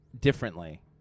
differently